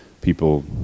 people